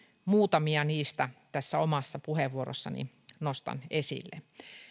muutamia niistä tässä omassa puheenvuorossani nostan esille